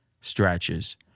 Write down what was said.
stretches